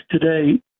today